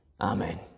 Amen